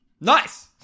Nice